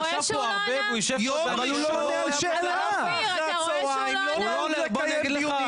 יום ראשון אחר הצהרים לא נהוג לנהל דיונים.